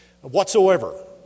whatsoever